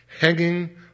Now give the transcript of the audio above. hanging